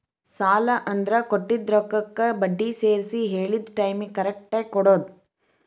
ಸಾಲ ಅಂದ್ರ ಕೊಟ್ಟಿದ್ ರೊಕ್ಕಕ್ಕ ಬಡ್ಡಿ ಸೇರ್ಸಿ ಹೇಳಿದ್ ಟೈಮಿಗಿ ಕರೆಕ್ಟಾಗಿ ಕೊಡೋದ್